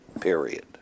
period